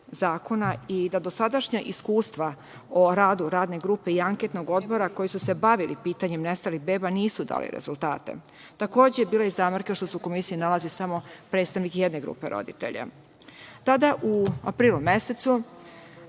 zakona i da dosadašnja iskustva o radu Radne grupe i Anketnog odbora koji su se bavili pitanjem nestalih beba nisu dali rezultate. Takođe, bilo je zamerke što se u Komisiji nalazi samo predstavnik jedne grupe roditelja. Tada u aprilu mesecu